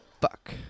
fuck